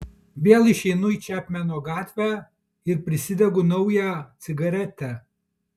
vėl išeinu į čepmeno gatvę ir prisidegu naują cigaretę